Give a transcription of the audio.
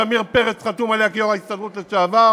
שעמיר פרץ חתום עליה כיושב-ראש ההסתדרות לשעבר,